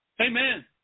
Amen